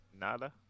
Nada